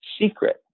secret